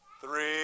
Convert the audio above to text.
three